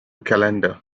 calendar